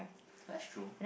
that's true